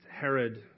Herod